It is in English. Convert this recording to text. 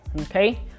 okay